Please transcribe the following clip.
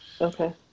Okay